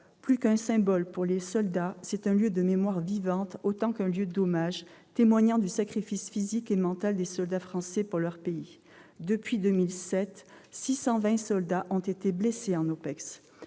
plus qu'un symbole pour les soldats, c'est un lieu de mémoire vivante autant qu'un lieu d'hommage, témoignant du sacrifice physique et mental consenti par les soldats français pour leur pays. Depuis 2007, 620 soldats ont été blessés en OPEX.